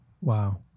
Wow